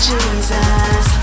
Jesus